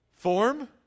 Form